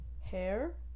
hair